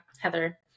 Heather